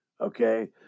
Okay